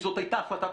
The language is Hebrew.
זאת הייתה החלטת ממשלה?